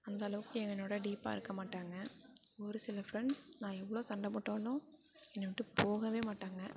அந்த அளவுக்கு என்னோட டீப்பாக இருக்க மாட்டாங்க ஒரு சில ஃப்ரெண்ட்ஸ் நான் எவ்வளோ சண்டை போட்டாலும் என்ன விட்டு போகவே மாட்டாங்க